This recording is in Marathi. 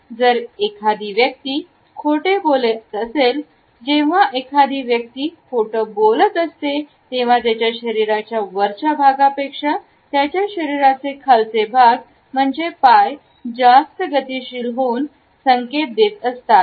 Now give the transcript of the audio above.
जर एखादी व्यक्ती खोटे बोलत असेल तर जेव्हा एखादी व्यक्ती खोटं बोलत असते तेव्हा त्याच्या शरीराच्या वरच्या भागांपेक्षा त्याच्या शरीराचे खालचे भाग म्हणजेच पाय गतिशील होऊन संकेत देत असतात